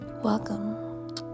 Welcome